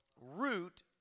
Root